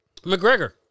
McGregor